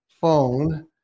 phone